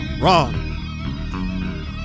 wrong